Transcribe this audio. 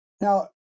Now